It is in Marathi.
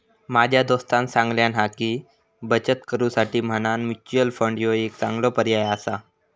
माझ्या दोस्तानं सांगल्यान हा की, बचत करुसाठी म्हणान म्युच्युअल फंड ह्यो एक चांगलो पर्याय आसा